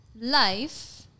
life